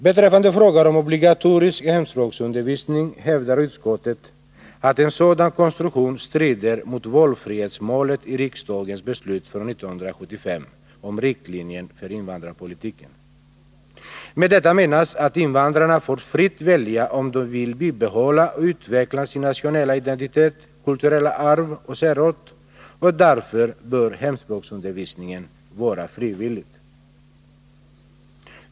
Beträffande frågan om obligatorisk hemspråksundervisning hävdar utskottet att en sådan konstruktion strider mot valfrihetsmålet i riksdagens beslut från 1975 om riktlinjer för invandrarpolitiken. Med det menas att invandrarna får fritt välja om de vill behålla och utveckla sin nationella identitet, sitt kulturella arv och sin särart. Och därför bör hemspråksundervisningen vara frivillig.